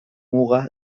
muga